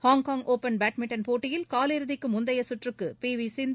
Hong Kong open badminton போட்டியில் காலிறுதிக்கு முந்தைய சுற்றுக்கு பிவிசிந்து